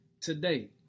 Today